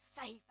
favor